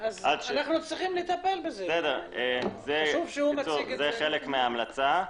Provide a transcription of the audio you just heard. זה חלק מההמלצה.